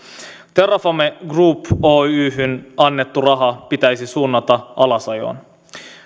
terrafame group oyhyn annettu raha pitäisi suunnata alasajoon